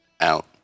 out